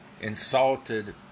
insulted